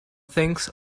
things